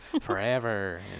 forever